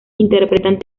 interpretan